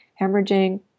hemorrhaging